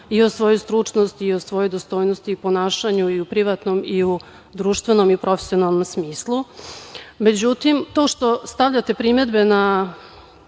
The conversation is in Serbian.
i o svojoj stručnosti i o svojoj dostojnosti i ponašanju i u privatnom i u društvenom, i profesionalnom smislu.Međutim, to što stavljate primedbe